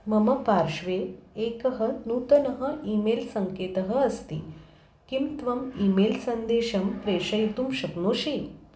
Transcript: मम पार्श्वे एकः नूतनः ई मेल् सङ्केतः अस्ति किं त्वम् ई मेल् सन्देशं प्रेषयितुं शक्नोषि